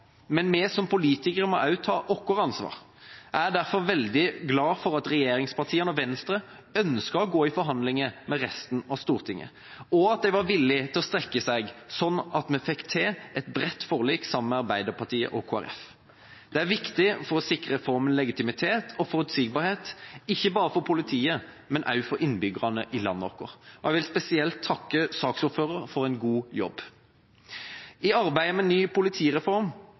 Men vi som politikere må også ta vårt ansvar. Jeg er derfor veldig glad for at regjeringspartiene og Venstre ønsket å gå i forhandlinger med resten av Stortinget – og at de var villig til å strekke seg, sånn at vi fikk til et bredt forlik sammen med Arbeiderpartiet og Kristelig Folkeparti. Det er viktig for å sikre reformen legitimitet og forutsigbarhet, ikke bare for politiet, men også for innbyggerne i landet vårt. Jeg vil spesielt takke saksordføreren for en god jobb. I arbeidet med ny politireform,